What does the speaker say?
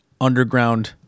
underground